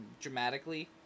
dramatically